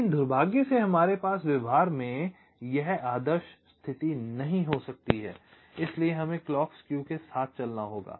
लेकिन दुर्भाग्य से हमारे पास व्यवहार में यह आदर्श स्थिति नहीं हो सकती है इसलिए हमें क्लॉक स्केव के साथ चलना होगा